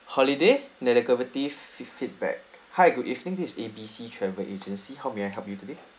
holiday negative feedback hi good evening this A B C travel agency how may I help you today